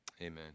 Amen